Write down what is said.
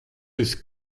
esi